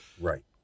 Right